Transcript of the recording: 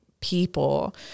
people